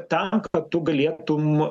tam kad tu galėtum